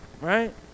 right